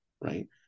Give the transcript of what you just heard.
right